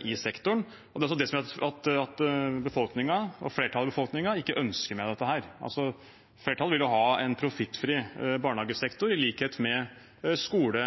i sektoren. Det er det som gjør at flertallet i befolkningen ikke ønsker mer av dette. Flertallet vil ha en profittfri barnehagesektor i likhet med skole,